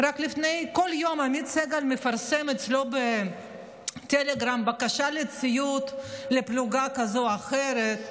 כל יום עמית סגל מפרסם אצלו בטלגרם בקשה לציוד לפלוגה כזו או אחרת.